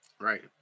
right